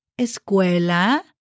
escuela